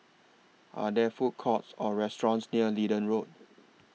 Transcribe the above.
Are There Food Courts Or restaurants near Leedon Road